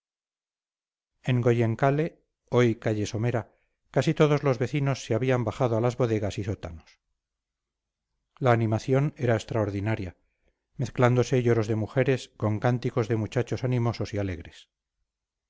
en goienkale hoy calle somera casi todos los vecinos se habían bajado a las bodegas y sótanos la animación era extraordinaria mezclándose lloros de mujeres con cánticos de muchachos animosos y alegres